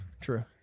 True